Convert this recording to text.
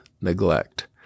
neglect